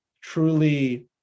truly